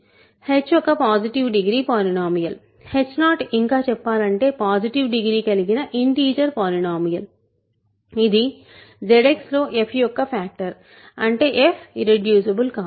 h ఒక positive degree polynomial h0 ఇంకా చెప్పాలంటే పాసిటివ్ డిగ్రీ కలిగిన ఇంటిజర్ పాలినోమీయల్ ఇది ZX లో f యొక్క ఫ్యాక్టర్ అంటే f ఇర్రెడ్యూసిబుల్ కాదు